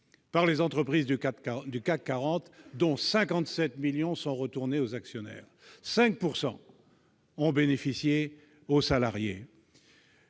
par les entreprises du CAC40, dont 57 milliards sont retournés aux actionnaires. Seuls 5 % ont bénéficié aux salariés